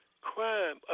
crime